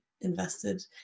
invested